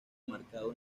marcado